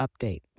update